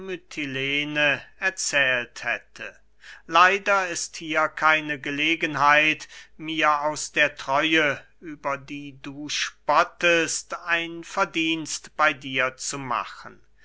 erzählt hätte leider ist hier keine gelegenheit mir aus der treue über die du spottest ein verdienst bey dir zu machen